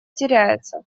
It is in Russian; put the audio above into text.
теряется